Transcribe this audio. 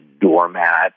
doormat